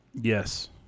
Yes